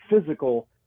physical